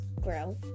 grow